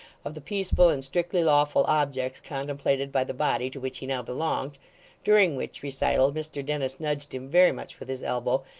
of the peaceful and strictly lawful objects contemplated by the body to which he now belonged during which recital mr dennis nudged him very much with his elbow,